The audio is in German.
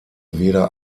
weder